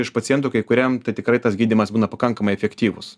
iš pacientų kai kuriem tai tikrai tas gydymas būna pakankamai efektyvus